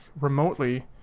remotely